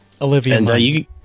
olivia